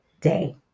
day